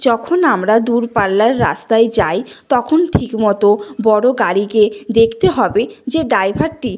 যখন আমরা দূরপাল্লার রাস্তায় যাই তখন ঠিক মতো বড় গাড়িকে দেখতে হবে যে ড্রাইভারটি